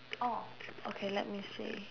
orh okay let me see